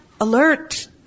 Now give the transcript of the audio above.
alert